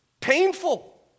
painful